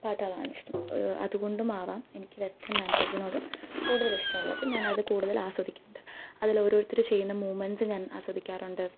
പാട്ടുകളാണിഷ്ടം അതുകൊണ്ടുമാവാം എനിക്ക് വെസ്റ്റേൺ ഡാൻസസിനോട് കൂടുതൽ ഇഷ്ടമുള്ളത് അത് ഞാൻ അത് കൂടുതൽ ആസ്വദിക്കുന്നത് അതിൽ ഓരോരുത്തരും ചെയ്യുന്ന മൂവ്മെൻസ്സ് ഞാൻ ആസ്വദിക്കാറുണ്ട്